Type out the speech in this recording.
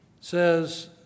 says